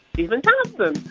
stephen thompson.